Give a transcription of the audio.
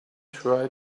try